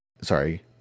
Sorry